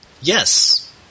Yes